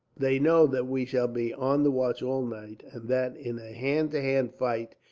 they know that we shall be on the watch all night, and that, in a hand-to-hand fight,